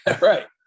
Right